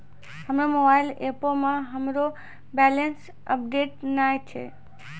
हमरो मोबाइल एपो मे हमरो बैलेंस अपडेट नै छै